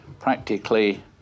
practically